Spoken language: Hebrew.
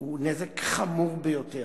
הוא נזק חמור ביותר.